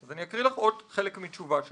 אני אקריא לך עוד חלק מתשובה שלו.